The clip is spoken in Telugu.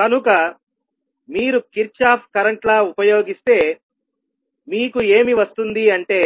కనుక మీరు Kirchhoff current law Kirchhoff's current law ఉపయోగిస్తే మీకు ఏమి వస్తుంది అంటే